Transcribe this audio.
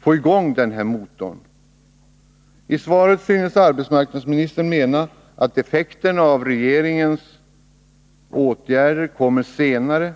få i gång denna motor? I svaret synes arbetsmarknadsministern mena att effekterna av regeringens åtgärder kommer senare.